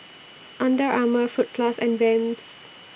Under Armour Fruit Plus and Vans